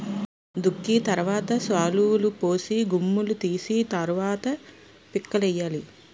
దుక్కి తరవాత శాలులుపోసి గుమ్ములూ తీసి తరవాత పిక్కలేయ్యాలి